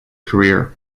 career